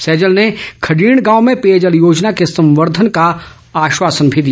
रौजल ने खडीण गांव में पेयजल योजना के संवर्द्वन का आश्वासन भी दिया